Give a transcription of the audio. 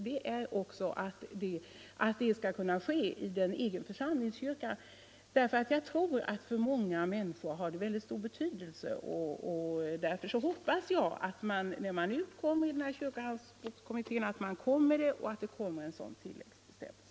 Det är också viktigt att jordfästningen kan ske i den egna församlingskyrkan. För många människor har det väldigt stor betydelse. Jag hoppas därför att kyrkohandbokskommittén tar upp denna fråga och att det kommer en sådan tilläggsbestämmelse.